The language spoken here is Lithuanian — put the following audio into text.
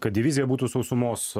kad divizija būtų sausumos